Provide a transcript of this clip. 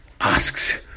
Asks